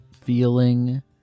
feeling